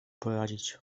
poradzić